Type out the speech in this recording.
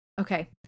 Okay